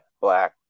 black